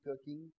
cooking